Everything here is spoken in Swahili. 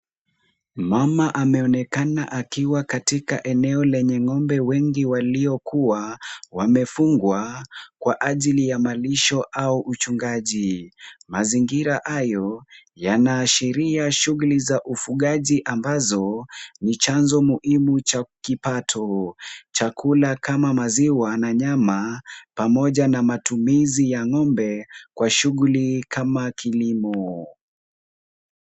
Mama ameonekana akiwa katika eneo lenye ng'ombe wengi waliokuwa wamefungwa kwa ajili ya malisho au uchungaji. Mazingira hayo yanaashiria shughuli za ufugaji ambazo ni chanzo muhimu cha kipato. Chakula kama maziwa na nyama pamoja na matumizi ya ng'ombe kwa shughuli kama kilimo.